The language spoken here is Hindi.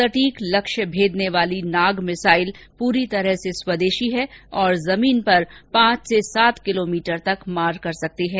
सटीक लक्ष्य भेदने वाली नाग मिसाइल पूरी तरह से स्वदेशी है और जमीन पर पांच से सात किलोमीटर तक मार कर सकती है